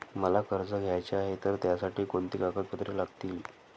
मला कर्ज घ्यायचे आहे तर त्यासाठी कोणती कागदपत्रे लागतील?